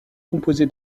composée